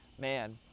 Man